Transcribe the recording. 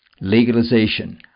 legalization